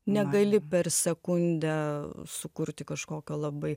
negali per sekundę sukurti kažkokio labai